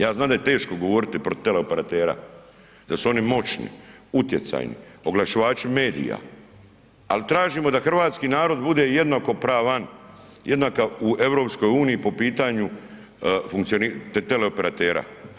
Ja znam da je teško govoriti protiv teleoperatera jel su oni moćni, utjecajni, oglašivači medija, ali tražimo da hrvatski narod bude jednakopravan u EU po pitanju funkcioniranja teleoperatera.